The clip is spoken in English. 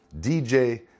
DJ